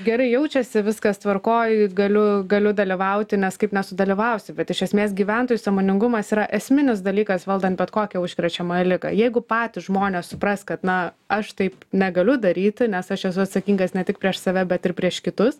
gerai jaučiasi viskas tvarkoj galiu galiu dalyvauti nes kaip nesudalyvausi bet iš esmės gyventojų sąmoningumas yra esminis dalykas valdant bet kokią užkrečiamąją ligą jeigu patys žmonės supras kad na aš taip negaliu daryti nes aš esu atsakingas ne tik prieš save bet ir prieš kitus